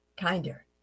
kinder